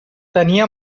tenia